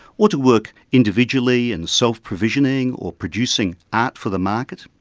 or to work individually and self-provisioning or producing art for the market.